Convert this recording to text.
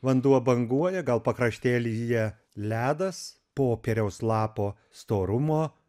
vanduo banguoja gal pakraštėlyje ledas popieriaus lapo storumo